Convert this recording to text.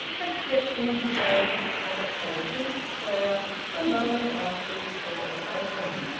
had stepped into the bank at the top of saint luke's square a moment after its doors opened,